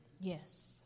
Yes